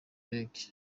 brig